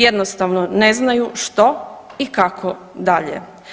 Jednostavno ne znaju što i kako dalje.